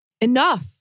Enough